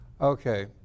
Okay